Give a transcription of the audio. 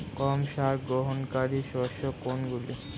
কম সার গ্রহণকারী শস্য কোনগুলি?